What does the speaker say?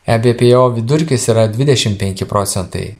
ebpo vidurkis yra dvidešim penki procentai